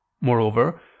moreover